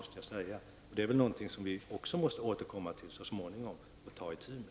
Detta är väl också någonting som vi måste återkomma till och ta itu med så småningom.